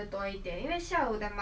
oh okay lor